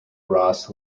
ross